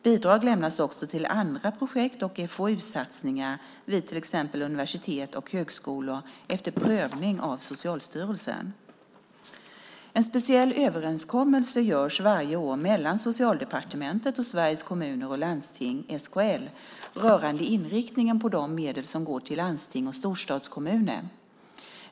Bidrag lämnas också till andra projekt och FoU-satsningar vid till exempel universitet och högskolor efter prövning av Socialstyrelsen. En speciell överenskommelse görs varje år mellan Socialdepartementet och Sveriges Kommuner och Landsting, SKL, rörande inriktningen på de medel som går till landsting och storstadskommuner.